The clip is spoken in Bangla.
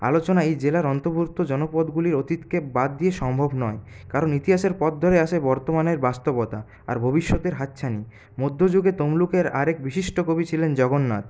আলোচনা এই জেলার অন্তর্ভুক্ত জনপদগুলির অতীতকে বাদ দিয়ে সম্ভব নয় কারণ ইতিহাসের পথ ধরে আসে বর্তমানের বাস্তবতা আর ভবিষ্যতের হাতছানি মধ্যযুগে তমলুকের আর এক বিশিষ্ট কবি ছিলেন জগন্নাথ